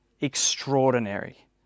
extraordinary